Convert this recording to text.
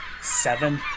seven